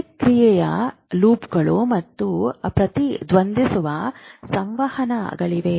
ಪ್ರತಿಕ್ರಿಯೆ ಲೂಪ್ಗಳು ಮತ್ತು ಪ್ರತಿಧ್ವನಿಸುವ ಸಂವಹನಗಳಿವೆ